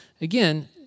again